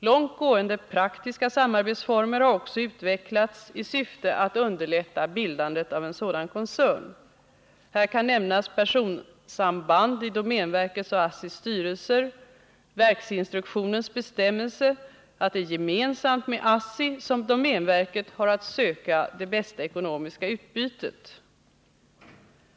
Långt gående praktiska samarbetsformer har också utvecklats i syfte att underlätta bildandet av en sådan koncern. Här kan nämnas personsamband i domänverkets och ASSI:s styrelser samt verksinspektionens bestämmelser att det är gemensamt med ASSI som domänverket har att söka det bästa ekonomiska utbytet.